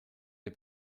der